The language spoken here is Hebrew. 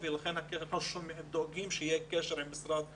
ולכן אנחנו דואגים שיהיה קשר עם משרד החינוך.